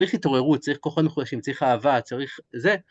צריך התעוררות, צריך כוחות מחולשים, צריך אהבה, צריך זה.